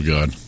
God